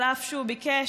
אף שהוא ביקש